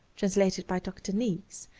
translated by dr. niecks,